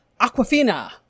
aquafina